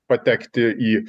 patekti į